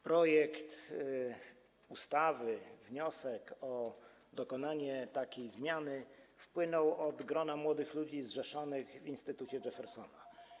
Projekt ustawy, wniosek o dokonanie takiej zmiany wpłynął od grona młodych ludzi zrzeszonych w Instytucie Jeffersona.